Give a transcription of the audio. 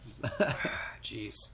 Jeez